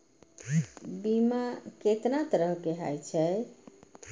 बीमा केतना तरह के हाई छै?